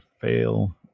fail